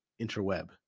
interweb